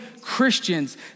Christians